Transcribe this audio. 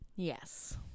yes